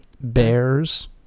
Bears